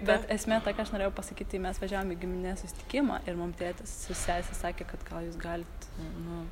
bet esmė tokia aš norėjau pasakyt tai mes važiavome į giminės susitikimą ir mums tėtis su sese sakė kad gal jūs galit nu